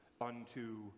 unto